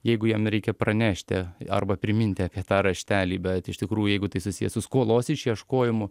jeigu jam reikia pranešti arba priminti apie tą raštelį bet iš tikrųjų jeigu tai susiję su skolos išieškojimu